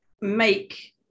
make